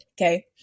okay